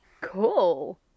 Cool